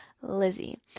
Lizzie